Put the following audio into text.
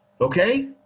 Okay